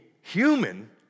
human